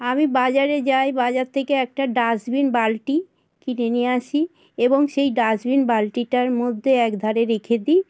আমি বাজারে যাই বাজার থেকে একটা ডাস্টবিন বালতি কিনে নিয়ে আসি এবং সেই ডাস্টবিন বালতিটার মধ্যে একধারে রেখে দিই